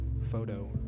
photo